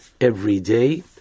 everyday